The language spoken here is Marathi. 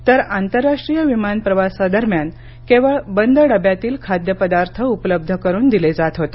तर आंतरराष्ट्रीय विमान प्रवासादरम्यान केवळ बंद डब्यातील खाद्यपदार्थ उपलब्ध करून दिले जात होते